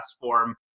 form